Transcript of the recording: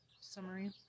summary